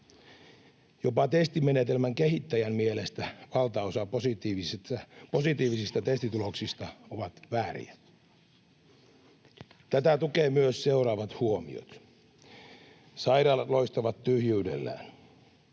Jopa testimenetelmän kehittäjän mielestä valtaosa positiivisista testituloksista on vääriä. Tätä tukevat myös seuraavat huomiot: sairaalat loistavat tyhjyydellään,